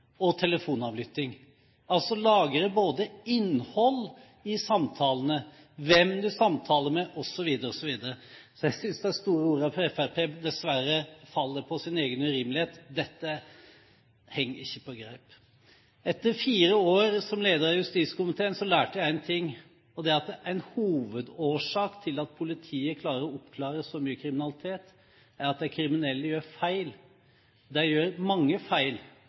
og telefonavlytting – altså lagre både innhold i samtalene og hvem man samtaler med, osv. Jeg synes det er store ord her fra Fremskrittspartiet, som dessverre faller på sin egen urimelighet. Dette henger ikke på greip. Etter fire år som leder av justiskomiteen lærte jeg en ting. Det er at en hovedårsak til at politiet klarer å oppklare så mye kriminalitet, er at de kriminelle gjør feil. De gjør mange feil.